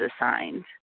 assigned